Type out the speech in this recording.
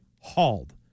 hauled